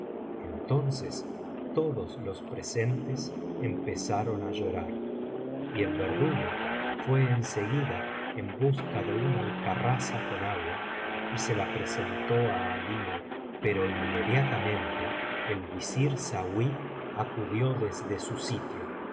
entonces todos los presentes empezaron á llorar y el verdugo fué en seguida en busca de una alcarraza con agua y se la presentó á alí nur pero inmediatamente el visir saui acudió desde su sitio